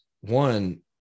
one